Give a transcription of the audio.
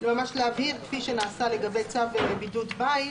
אלא ממש להבהיר כפי שנעשה לגבי צו בידוד בית,